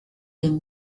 been